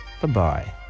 Bye-bye